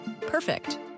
Perfect